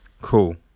cool